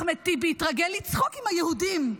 אחמד טיבי התרגל לצחוק עם היהודים.